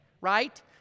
right